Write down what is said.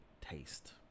taste